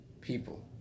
people